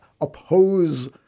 oppose